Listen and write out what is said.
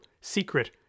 secret